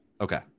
Okay